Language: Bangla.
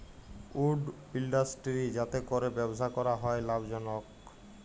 উড ইলডাসটিরি যাতে ক্যরে ব্যবসা ক্যরা হ্যয় লাভজলক